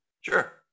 Sure